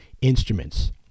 instruments